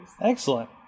excellent